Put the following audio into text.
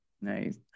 nice